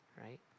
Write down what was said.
right